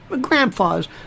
Grandfathers